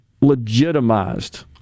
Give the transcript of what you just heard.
legitimized